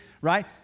right